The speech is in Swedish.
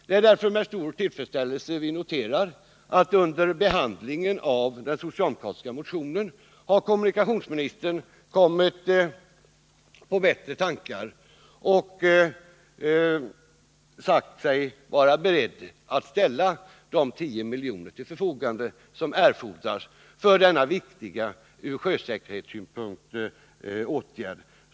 Det är därför med stor tillfredsställelse vi noterar att kommunikationsministern under behandlingen av den socialdemokratiska motionen har kommit på bättre tankar och sagt sig vara beredd att ställa de 10 milj.kr. till förfogande som erfordras för denna från sjösäkerhetssynpunkt viktiga åtgärd.